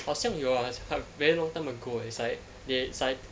好像有啊 very long time ago it's like they it's like